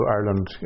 Ireland